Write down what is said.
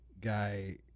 guy